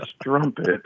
strumpet